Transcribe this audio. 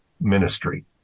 ministry